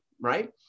right